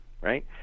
right